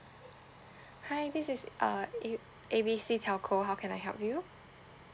hi this is uh A A B C TELCO how can I help you